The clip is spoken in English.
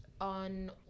on